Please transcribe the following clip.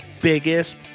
biggest